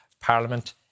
Parliament